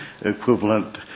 equivalent